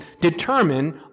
determine